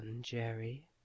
jerry